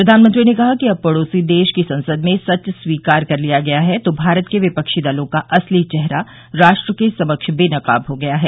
प्रधानमंत्री ने कहा कि अब पड़ोसी देश की संसद में सच स्वीकार कर लिया गया है तो भारत के विपक्षी दलों का असली चेहरा राष्ट्र के समक्ष बेनकाब हो गया है